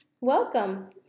Welcome